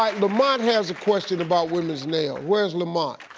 um lamont has a question about women's nails, where's lamont?